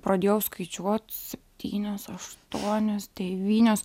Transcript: pradėjau skaičiuot septynios aštuonios devynios